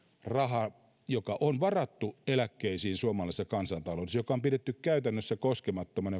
rahaan joka on varattu eläkkeisiin suomalaisessa kansantaloudessa ja se raha joka eläkerahastoihin on kasvanut on pidetty käytännössä koskemattomana